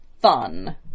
fun